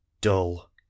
dull